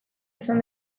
izan